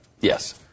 Yes